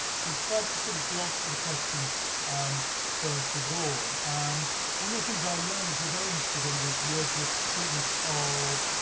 so to try to sort of gloss for the question um first of all um one of the things our learners were very interested in was wordsworth's treatment of